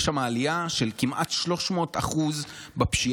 יש שם עלייה של כמעט 300% בפשיעה.